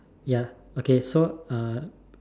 ya okay so uh